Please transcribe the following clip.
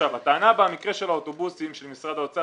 הטענה במקרה של האוטובוסים של משרד האוצר